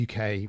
UK